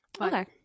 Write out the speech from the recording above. Okay